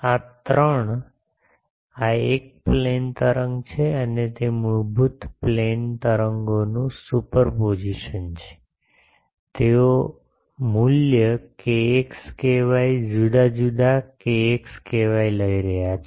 આ આ ત્રણ આ એક પ્લાન તરંગ છે અને તે મૂળરૂપે પ્લેન તરંગોનું સુપરપોઝિશન છે તેઓ મૂલ્ય kx ky જુદા જુદા kx ky લઈ રહ્યા છે